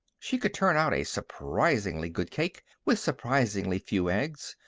she could turn out a surprisingly good cake with surprisingly few eggs,